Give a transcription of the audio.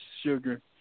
sugar